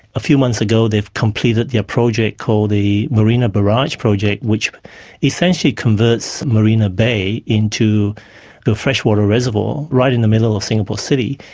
a few months ago they've completed the project called the marina mirage project which essentially converts marina bay into a freshwater reservoir right in the middle of singapore city,